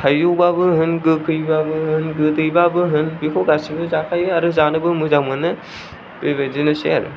थायजौबाबो होन गोखैबाबो होन गोदैबाबो होन बेखौ गासिबो जाखायो आरो जानोबो मोजां मोनो बेबायदिनोसै आरो